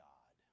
God